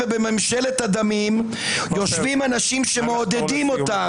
ובממשלת הדמים יושבים אנשים שמעודדים אותם.